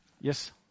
Yes